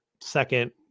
second